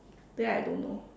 then I don't know